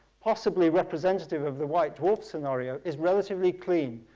possibly representative of the white dwarf scenario, is relatively clean.